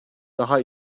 daha